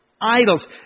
Idols